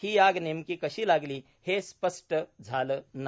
ही आग नेमकी कशी लागली हे स्पष्ट झाले नाही